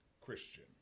Christian